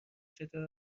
چطور